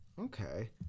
Okay